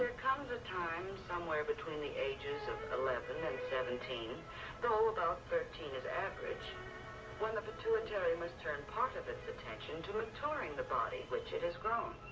comes a time somewhere between the ages of eleven and seventeen though about thirteen is average when the pituitary must turn part of its attention to maturing the body which it has grown.